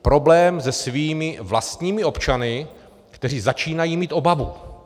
Problém se svými vlastními občany, kteří začínají mít obavu.